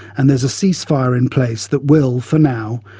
and there's a ceasefire in place that will, for now,